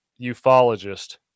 ufologist